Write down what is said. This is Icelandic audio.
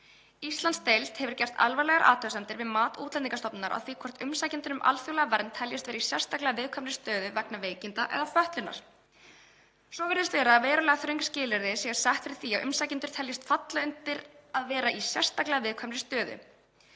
Íslandsdeild hefur gert alvarlegar athugasemdir við mat Útlendingastofnunar á því hvort umsækjendur um alþjóðlega vernd teljist vera í sérstaklega viðkvæmri stöðu vegna veikinda eða fötlunar. Svo virðist vera að verulega þröng skilyrði séu sett fyrir því að umsækjendur teljist falla undir að vera í sérstaklega viðkvæmri stöðu.